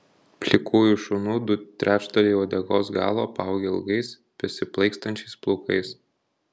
plikųjų šunų du trečdaliai uodegos galo apaugę ilgais besiplaikstančiais plaukais